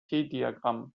diagramm